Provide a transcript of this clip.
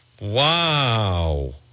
Wow